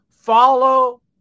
Follow